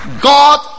God